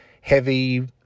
heavy